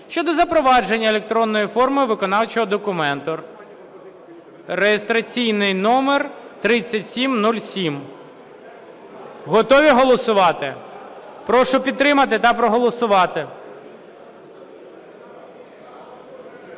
щодо запровадження електронної форми виконавчого документу (реєстраційний номер 3707). Готові голосувати? Прошу підтримати та проголосувати.